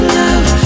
love